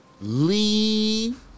leave